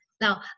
now